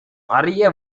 அறிய